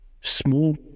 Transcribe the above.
small